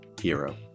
Hero